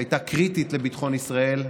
שהייתה קריטית לביטחון ישראל.